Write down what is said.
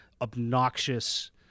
obnoxious